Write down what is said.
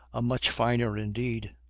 a much finer, indeed,